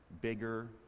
bigger